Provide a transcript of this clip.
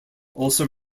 also